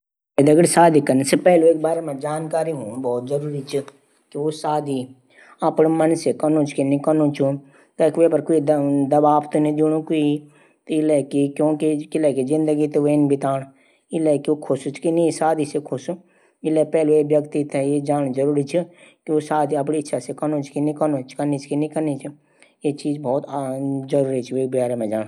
मि हर दिन रोज अपडू काम काज इमेल दो ,तीन मेल भिजदू। और निजी मेल चार, पांच भिजूदू।